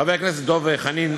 חבר הכנסת דב חנין,